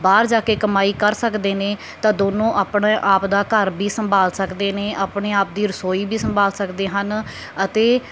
ਬਾਹਰ ਜਾ ਕੇ ਕਮਾਈ ਕਰ ਸਕਦੇ ਨੇ ਤਾਂ ਦੋਨੋਂ ਆਪਣੇ ਆਪ ਦਾ ਘਰ ਵੀ ਸੰਭਾਲ ਸਕਦੇ ਨੇ ਆਪਣੇ ਆਪ ਦੀ ਰਸੋਈ ਵੀ ਸੰਭਾਲ ਸਕਦੇ ਹਨ ਅਤੇ